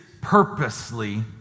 purposely